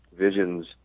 visions